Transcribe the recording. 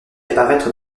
apparaître